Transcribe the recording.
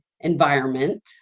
environment